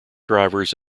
drivers